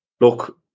look